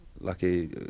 Lucky